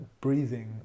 breathing